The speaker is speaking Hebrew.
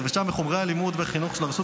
וראינו הרבה